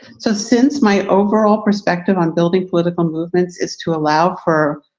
so since my overall perspective on building political movements is to allow for